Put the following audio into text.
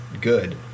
good